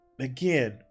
Again